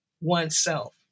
oneself